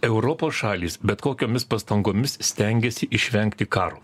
europos šalys bet kokiomis pastangomis stengiasi išvengti karo